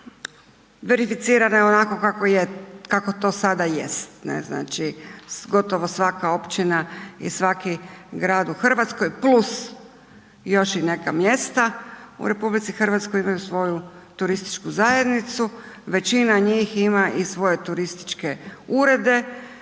verificirane onako kako to sada jest, znači, gotovo svaka općina i svaki grad u RH + još i neka mjesta u RH imaju svoju turističku zajednicu, većina njih ima i svoje turističke urede,